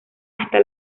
hasta